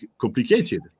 complicated